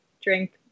drink